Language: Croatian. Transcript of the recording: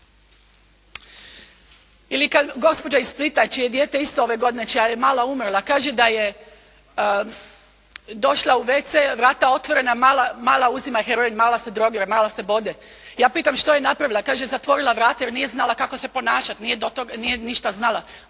Ili kad gospođa iz Splita, čije je dijete isto ove godine, čija je mala umrla, kaže da je došla u WC, vrata otvorena, mala uzima heroin, mala se drogira, mala se bode. Ja pitam što je napravila? Kaže zatvorila vrata jer nije znala kako se ponašati. Nije do tog ništa znala.